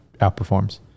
outperforms